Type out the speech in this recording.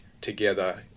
together